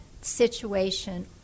situation